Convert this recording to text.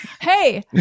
Hey